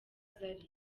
zari